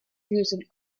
used